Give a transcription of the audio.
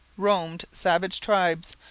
roamed savage tribes,